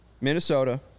Minnesota